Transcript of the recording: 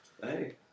Hey